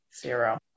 Zero